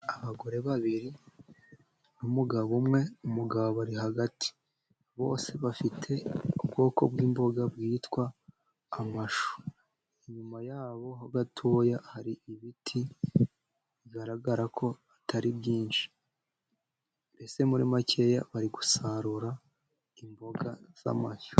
Abagore babiri n'umugabo umwe, umugabo ari hagati, bose bafite ubwoko bw'imboga bwitwa amashu. Inyuma yabo ho gatoya hari ibiti bigaragara ko atari byinshi, mbese muri makeya bari gusarura imboga z'amashu.